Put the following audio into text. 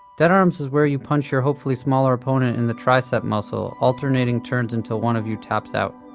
dead arms is where you punch your hopefully smaller opponent in the tricep muscle, alternating turns until one of you taps out.